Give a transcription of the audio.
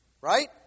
Right